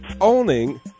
owning